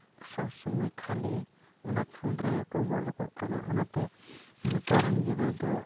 ᱥᱚᱵ ᱥᱚᱢᱚᱭ ᱠᱷᱟᱹᱞᱤ ᱚᱱᱟ ᱯᱷᱩᱱ ᱨᱮᱜᱮ ᱠᱚ ᱵᱚᱞᱚ ᱠᱚᱜ ᱠᱟᱱᱟ ᱚᱱᱟᱛᱮ ᱱᱮᱛᱟᱨ ᱨᱮᱱ ᱜᱤᱫᱽᱨᱟᱹ ᱫᱚ